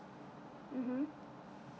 mmhmm